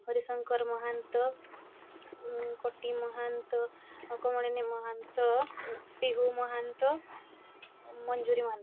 Harishankar Mahanta Kati Mahanta Kamalini Mahanta Pihu Mahanta Manjuri Mahanta